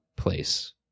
place